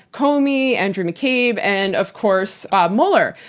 comey, andrew mccabe, and of course bob mueller.